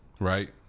Right